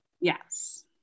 Yes